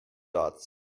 dots